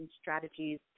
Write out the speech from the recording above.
strategies